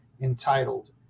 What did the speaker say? entitled